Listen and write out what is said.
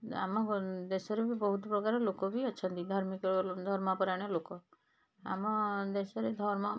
ଆମ ଦେଶରେ ବି ବହୁତପ୍ରକାର ଲୋକ ବି ଅଛନ୍ତି ଧାର୍ମିକ ଧର୍ମପରାୟଣ ଲୋକ ଆମ ଦେଶରେ ଧର୍ମ